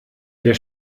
der